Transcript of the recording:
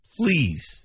please